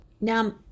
Now